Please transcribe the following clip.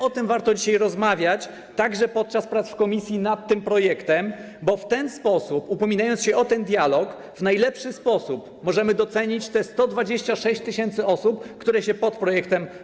O tym warto dzisiaj rozmawiać, także podczas pracy w komisji nad tym projektem, bo w ten sposób, upominając się o ten dialog, w najlepszy sposób możemy docenić te 126 tys. osób, które podpisały się pod projektem.